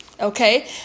okay